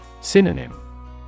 Synonym